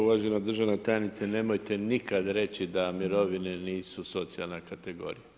Uvažena državna tajnice, nemojte nikada reći da mirovine nisu socijalna kategorija.